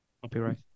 Copyright